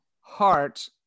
heart